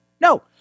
No